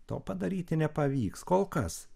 to padaryti nepavyks kol kas